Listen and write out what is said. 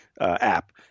app